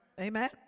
Amen